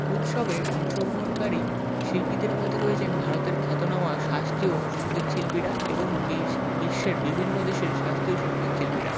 উৎসবে অংশগ্রহণকারী শিল্পীদের মধ্যে রয়েছেন ভারতের খ্যাতনামা শাস্ত্রীয় সঙ্গীত শিল্পীরা এবং বিশ্বের বিভিন্ন দেশের শাস্ত্রীয় সঙ্গীত শিল্পীরা